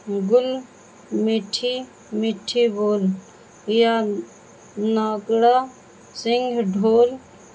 گل میٹھی میٹھی بول یا ناگڑا سنگھ ڈھول